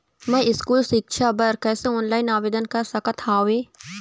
मैं स्कूल सिक्छा बर कैसे ऑनलाइन आवेदन कर सकत हावे?